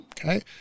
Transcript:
Okay